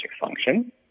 function